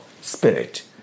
spirit